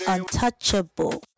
Untouchable